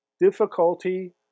difficulty